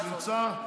רון כץ נמצא?